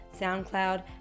SoundCloud